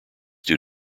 due